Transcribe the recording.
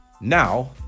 Now